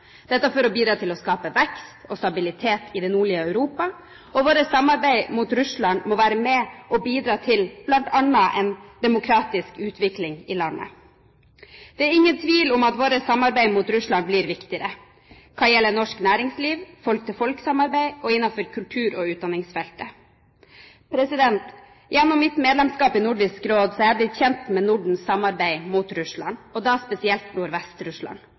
for å bidra til å skape vekst og stabilitet i det nordlige Europa. Vårt samarbeid mot Russland må være med og bidra til bl.a. en demokratisk utvikling i landet. Det er ingen tvil om at vårt samarbeid mot Russland blir viktigere hva gjelder norsk næringsliv, folk-til-folk-samarbeid, og innenfor kultur- og utdanningsfeltet. Gjennom mitt medlemskap i Nordisk Råd er jeg blitt kjent med Nordens samarbeid mot Russland, og da spesielt